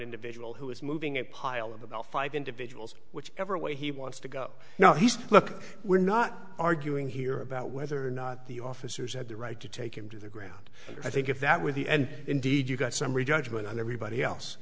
individual who is moving a pile of about five individuals which ever way he wants to go now he's look we're not arguing here about whether or not the officers had the right to take him to the ground and i think if that were the end indeed you got summary judgment on everybody else